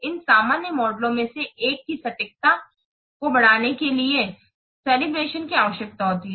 इन सामान्य मॉडलों में से एक की सटीकता को बढ़ाने के लिए केलेब्रतिओन की आवश्यकता होती है